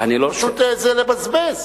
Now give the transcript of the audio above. זה פשוט לבזבז.